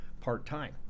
part-time